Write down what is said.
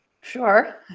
Sure